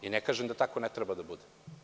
Ne kažem da tako ne treba da bude.